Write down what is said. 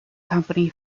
company